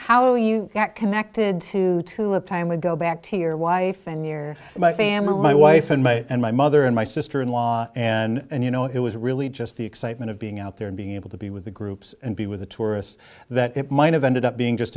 how you got connected to two of time would go back to your wife and you're my family my wife and me and my mother and my sister in law and you know it was really just the excitement of being out there and being able to be with the groups and be with the tourists that it might have ended up being just